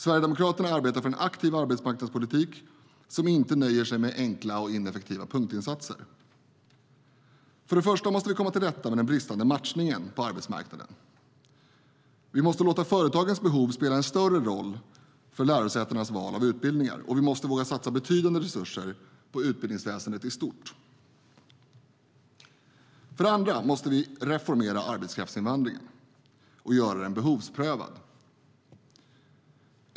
Sverigedemokraterna arbetar för en aktiv arbetsmarknadspolitik som inte nöjer sig med enkla och ineffektiva punktinsatser. För det första måste vi komma till rätta med den bristande matchningen på arbetsmarknaden. Vi måste låta företagens behov spela en större roll för lärosätenas val av utbildningar, och vi måste våga satsa betydande resurser på utbildningsväsendet i stort. För det andra måste vi reformera arbetskraftsinvandringen och göra den behovsprövad.